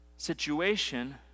situation